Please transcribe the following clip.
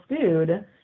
food